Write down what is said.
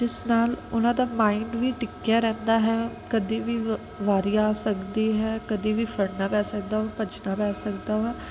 ਜਿਸ ਨਾਲ ਉਹਨਾਂ ਦਾ ਮਾਈਂਡ ਵੀ ਟਿਕਿਆ ਰਹਿੰਦਾ ਹੈ ਕਦੀ ਵੀ ਬ ਵਾਰੀ ਆ ਸਕਦੀ ਹੈ ਕਦੀ ਵੀ ਫੜਨਾ ਪੈ ਸਕਦਾ ਵਾ ਭੱਜਣਾ ਪੈ ਸਕਦਾ ਵਾ